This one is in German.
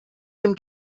dem